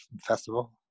Festival